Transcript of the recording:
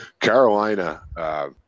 Carolina